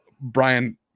Brian